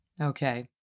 Okay